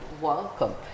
Welcome